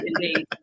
indeed